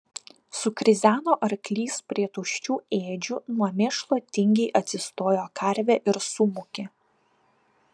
sukrizeno arklys prie tuščių ėdžių nuo mėšlo tingiai atsistojo karvė ir sumūkė